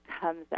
comes